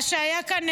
מה שהיה כאן,